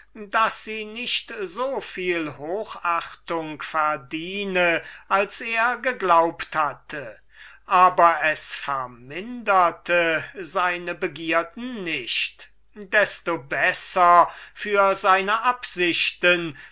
daß sie nicht so viel hochachtung verdiene als er geglaubt hatte aber es verminderte seine begierden nicht desto besser für seine absichten